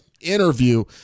interview